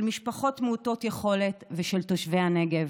של משפחות מעוטות יכולת ושל תושבי הנגב.